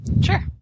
Sure